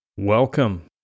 Welcome